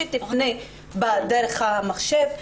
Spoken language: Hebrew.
שתפנה דרך המחשב.